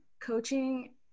coaching